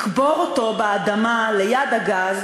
לקבור אותו באדמה ליד הגז.